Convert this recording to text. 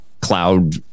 cloud